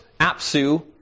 Apsu